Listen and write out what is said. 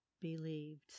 believed